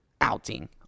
outing